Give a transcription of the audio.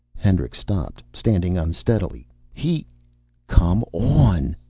hendricks stopped, standing unsteadily. he come on!